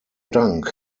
dank